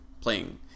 playing